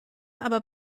aber